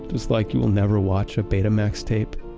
just like you will never watch a betamax tape.